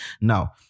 Now